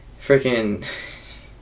freaking